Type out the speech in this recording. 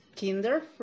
kinder